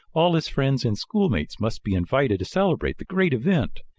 all his friends and schoolmates must be invited to celebrate the great event!